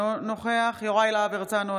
אינו נוכח יוראי להב הרצנו,